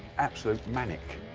absolute manic.